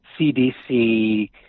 CDC